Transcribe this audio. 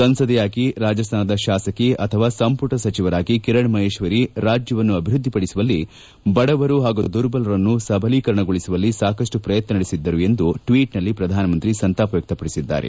ಸಂಸದೆಯಾಗಿ ರಾಜಸ್ತಾನದ ಶಾಸಕಿ ಅಥವಾ ಸಂಪುಟ ಸಚಿವರಾಗಿ ಕಿರಣ್ ಮಹೇಶ್ವರಿ ರಾಜ್ಯವನ್ನು ಅಭಿವೃದ್ದಿಪಡಿಸುವಲ್ಲಿ ಬಡವರು ಹಾಗೂ ದುರ್ಬಲರನ್ನು ಸಬಲೀಕರಣಗೊಳಿಸುವಲ್ಲಿ ಸಾಕಷ್ಟು ಪ್ರಯತ್ನ ನಡೆಸಿದ್ದರು ಎಂದು ಟ್ವೀಟ್ನಲ್ಲಿ ಪ್ರಧಾನಮಂತಿ ಸಂತಾಪ ವ್ಯಕ್ನಪಡಿಸಿದ್ದಾರೆ